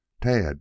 Tad